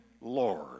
Lord